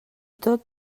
tot